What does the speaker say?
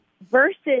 versus